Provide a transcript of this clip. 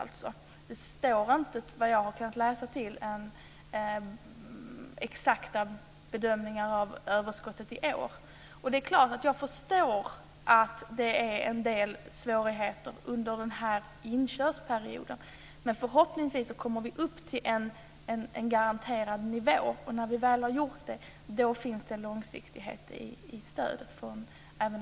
Enligt vad jag har kunnat utläsa finns det inte några exakta bedömningar av årets överskott. Det är klart att jag förstår att det är en del svårigheter under inkörningsperioden. Men förhoppningsvis kommer man upp till en garanterad nivå, och när man väl har gjort det finns det en långsiktighet i stödet från